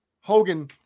Hogan